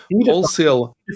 wholesale